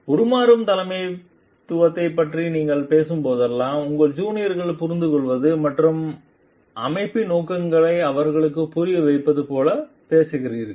உருமாறும் தலைமைத்துவத்தைப் பற்றி நீங்கள் பேசும்போதெல்லாம் உங்கள் ஜூனியர்களைப் புரிந்துகொள்வது மற்றும் அமைப்பின் நோக்கங்களையும் அவர்களுக்கு புரியவைப்பது போல பேசுகிறீர்கள்